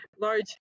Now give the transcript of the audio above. large